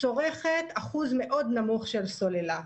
צורכת אחוז מאוד נמוך של סוללה.